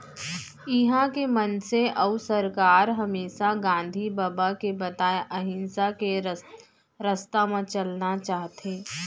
इहॉं के मनसे अउ सरकार हमेसा गांधी बबा के बताए अहिंसा के रस्ता म चलना चाहथें